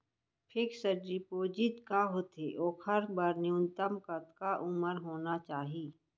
Fix deposit का होथे ओखर बर न्यूनतम कतका उमर होना चाहि?